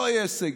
לא יהיה סגר,